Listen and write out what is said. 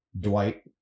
Dwight